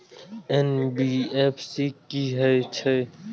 NBFC की हे छे?